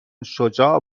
شجاع